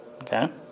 okay